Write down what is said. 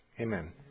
Amen